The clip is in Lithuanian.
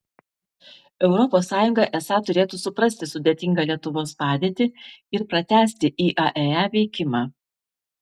europos sąjunga esą turėtų suprasti sudėtingą lietuvos padėtį ir pratęsti iae veikimą